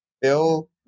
Bill